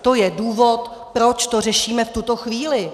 To je důvod, proč to řešíme v tuto chvíli.